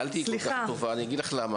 הגדול,